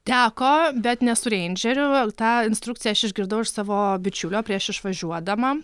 teko bet ne su reindžeriu tą instrukciją aš išgirdau iš savo bičiulio prieš išvažiuodama